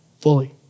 fully